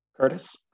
Curtis